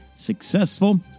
Successful